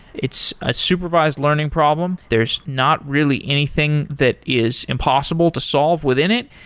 it's a supervised learning problem, there's not really anything that is impossible to solve within it,